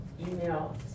email